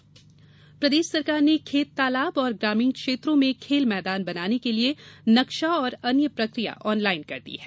खेत तालाब प्रदेष सरकार ने खेत तालाब और ग्रामीण क्षेत्रों में खेल मैदान बनाने के लिए नक्शा और अन्य प्रकिया को ऑनलाइन कर दिया गया है